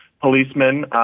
policemen